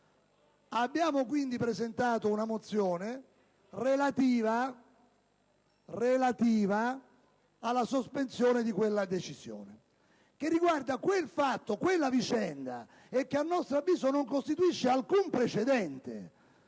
Abbiamo quindi presentato una mozione relativa alla sospensione di quella decisione che riguarda quella vicenda e che, a nostro avviso, non costituisce alcun precedente,